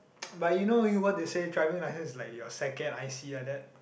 but you know you what they say driving licence is like your second I_C like that